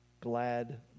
glad